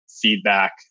feedback